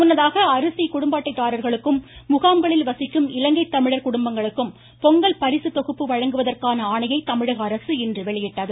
முன்னதாக அரிசி குடும்ப அட்டைதாரர்களுக்கும் முகாம்களில் வசிக்கும் இலங்கை தமிழர் குடும்பங்களுக்கும் பொங்கல் பரிசு தொகுப்பு வழங்குவதற்கான ஆணைய தமிழகஅரசு இன்று வெளியிட்டது